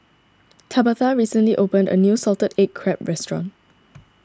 Tabatha recently opened a new Salted Egg Crab restaurant